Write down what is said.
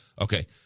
Okay